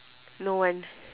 no one